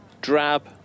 drab